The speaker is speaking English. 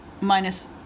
minus